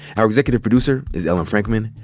our executive producer is ellen frankman.